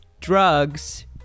drugs